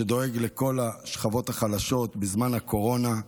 שדואג לכל השכבות החלשות, בזמן הקורונה.